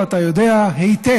ואתה יודע היטב